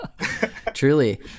truly